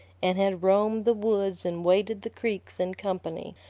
and had roamed the woods and waded the creeks in company.